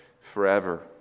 forever